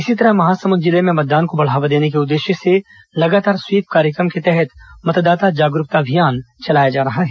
इसी तरह महासमुंद जिले में मतदान को बढ़ावा देने के उद्देश्य से लगातार स्वीप कार्यक्रम के तहत मतदाता जागरूकता अभियान चलाया जा रहा है